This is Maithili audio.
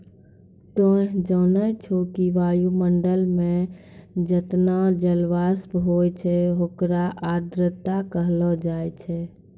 तोहं जानै छौ कि वायुमंडल मं जतना जलवाष्प होय छै होकरे आर्द्रता कहलो जाय छै